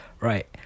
right